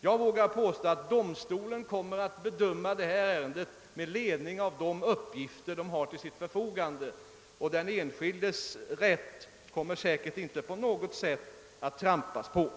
Jag vågar påstå att domstolen kommer att bedöma detta ärende med ledning av de uppgifter som står till dess förfogande och inte på något sätt trampa på den enskildes rätt.